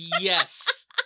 Yes